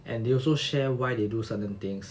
and they also share why they do certain things